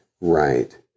Right